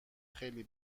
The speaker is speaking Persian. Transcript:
خیلی